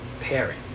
pairing